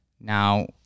now